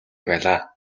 байлаа